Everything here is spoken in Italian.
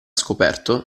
scoperta